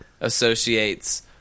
associates